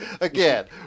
Again